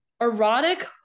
erotic